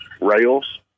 rails